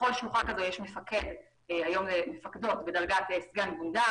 לכל שלוחה כזו יש מפקד או מפקדת בדרגת סגן גונדר.